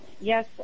Yes